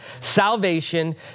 Salvation